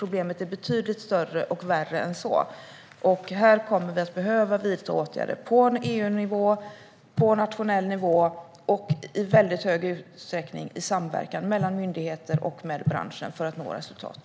Problemet är betydligt större och värre än så. Här kommer vi att behöva vidta åtgärder på EU-nivå, på nationell nivå och i väldigt stor utsträckning i samverkan mellan myndigheter och branschen för att nå resultat.